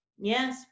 Yes